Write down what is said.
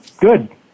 good